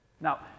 Now